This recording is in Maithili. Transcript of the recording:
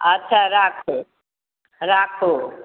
अच्छा राखू राखू